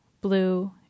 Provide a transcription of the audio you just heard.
blue